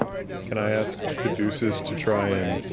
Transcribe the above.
can i ask caduceus to try and